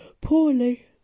poorly